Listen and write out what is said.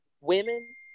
women